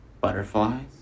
butterflies